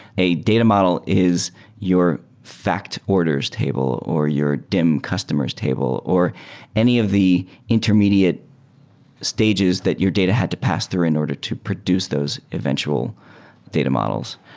a data model is your fact orders table or your dim customer s table or any of the intermediate stages that your data had to pass through in order to produce those eventual data models.